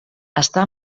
està